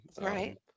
Right